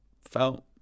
felt